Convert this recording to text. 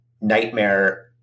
nightmare